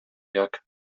jak